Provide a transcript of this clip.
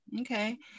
Okay